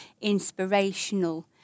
inspirational